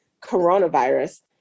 coronavirus